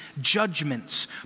judgments